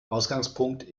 ausgangspunkt